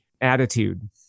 attitude